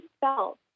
felt